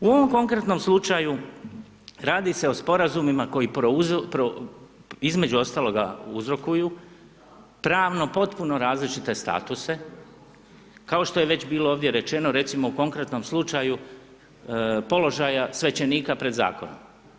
U ovom konkretnom slučaju radi se o sporazumima koji između ostaloga uzrokuju pravno potpuno različite statuse kao što je već ovdje bilo rečeno recimo u konkretnom slučaju položaja svećenika pred zakonom.